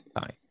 Fine